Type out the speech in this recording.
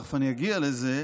ותכף אגיע לזה,